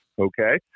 Okay